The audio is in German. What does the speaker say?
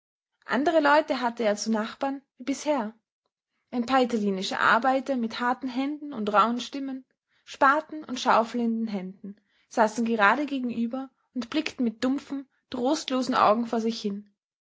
andere leute hatte er zu nachbarn wie bisher ein paar italienische arbeiter mit harten händen und rauhen stimmen spaten und schaufel in den händen saßen gerade gegenüber und blickten mit dumpfen trostlosen augen vor sich hin